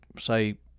say